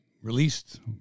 released